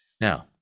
Now